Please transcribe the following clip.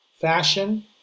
fashion